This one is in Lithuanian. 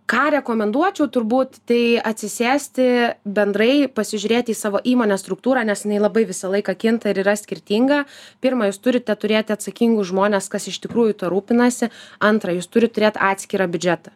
ką rekomenduočiau turbūt tai atsisėsti bendrai pasižiūrėti į savo įmonės struktūrą nes jinai labai visą laiką kinta ir yra skirtinga pirma jūs turite turėti atsakingus žmones kas iš tikrųjų rūpinasi antra jūs turit turėt atskirą biudžetą